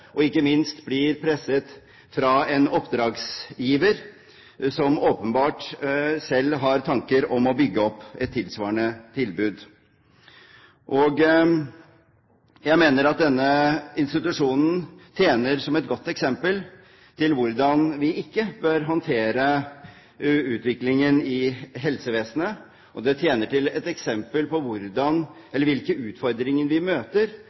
og, ikke minst, blir presset fra en oppdragsgiver som åpenbart selv har tanker om å bygge opp et tilsvarende tilbud. Jeg mener at denne institusjonen tjener som et godt eksempel på hvordan vi ikke bør håndtere utviklingen i helsevesenet, og den tjener som et eksempel på hvilke utfordringer vi møter